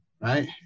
Right